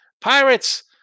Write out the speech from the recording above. Pirates